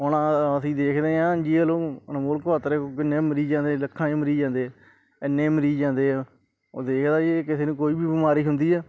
ਹੁਣ ਆ ਅਸੀਂ ਦੇਖਦੇ ਹਾਂ ਐਨਜੀਓ ਵੱਲੋਂ ਅਨਮੋਲ ਕਵਾਤਰੇ ਕੋਲ ਕਿੰਨੇ ਮਰੀਜ਼ ਆਉਂਦੇ ਲੱਖਾਂ ਹੀ ਮਰੀਜ਼ ਆਂਦੇ ਇੰਨੇ ਮਰੀਜ਼ ਆਂਦੇ ਆ ਉਹ ਦੇਖਦਾ ਵੀ ਕਿਸੇ ਨੂੰ ਕੋਈ ਵੀ ਬਿਮਾਰੀ ਹੁੰਦੀ ਆ